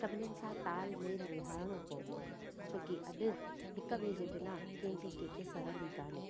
सभिनीनि सां तालमेल वीहारणो पवंदो आहे छोकी अॼु हिक ॿिए जे बिना कंहिंजी कंहिंखे सहिजंदी कोन्हे